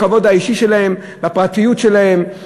בכבוד האישי שלהם ובפרטיות שלהם,